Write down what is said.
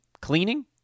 Cleaning